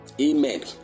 Amen